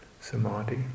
samadhi